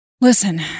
Listen